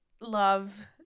love